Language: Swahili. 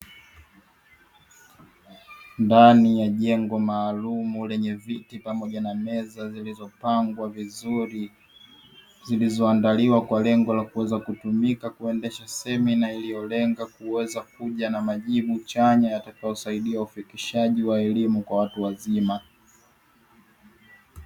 Ndani ya jengo maalum lenye viti pamoja na meza zilizo pangwa vizuri, zilizo andaliwa kwa lengo la kuweza kutumika kuendesha semina iliyo lenga kuweza kuja na majibu chanya yatakayo saidia ufikishaji waelimu kwa watu wazima.